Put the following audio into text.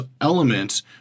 elements